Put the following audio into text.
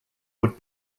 would